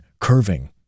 curving